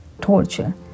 torture